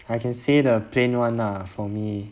I can say the plane [one] lah for me